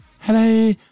Hello